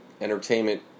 entertainment